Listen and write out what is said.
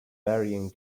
varying